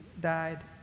died